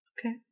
Okay